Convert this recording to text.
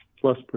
plus